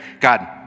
God